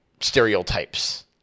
stereotypes